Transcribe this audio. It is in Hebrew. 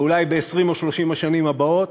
אולי, ב-20 או 30 השנים הבאות.